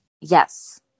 Yes